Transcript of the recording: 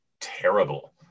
terrible